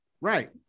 Right